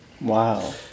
Wow